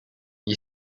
gli